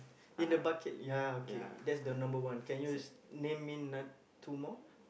in the bucket ya ya okay that's the number one can you name me anot~ two more